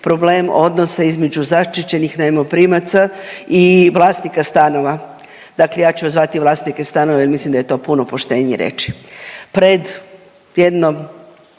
problem odnosa između zaštićenih najmoprimaca i vlasnika stanova. Dakle, ja ću ih zvati vlasnike stanova jer mislim da je to puno poštenije reći.